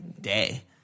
day